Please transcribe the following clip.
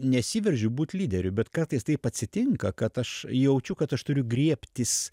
nesiveržiu būt lyderiu bet kartais taip atsitinka kad aš jaučiu kad aš turiu griebtis